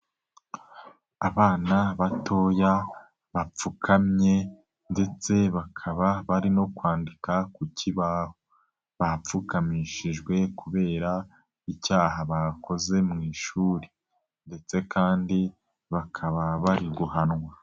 Abana batoya bapfukamye ndetse bakaba bari no kwandika ku kibaho, bapfukamishijwe kubera icyaha bakoze mu ishuri ndetse kandi bakaba bari guhanwa.